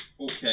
Okay